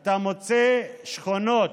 אתה מוצא שכונות,